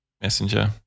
Messenger